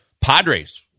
Padres